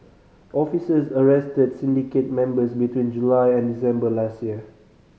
officers arrested syndicate members between July and December last year